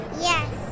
Yes